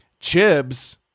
Chibs